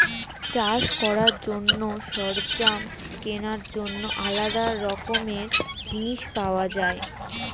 চাষ করার জন্য সরঞ্জাম কেনার জন্য আলাদা রকমের জিনিস পাওয়া যায়